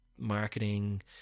marketing